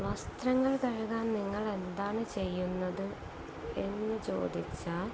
വസ്ത്രങ്ങൾ കഴുകാൻ നിങ്ങൾ എന്താണു ചെയ്യുന്നത് എന്നു ചോദിച്ചാൽ